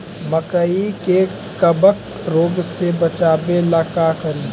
मकई के कबक रोग से बचाबे ला का करि?